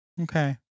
Okay